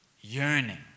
yearning